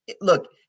look